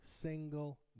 single